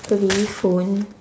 probably phone